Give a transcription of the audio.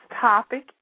topic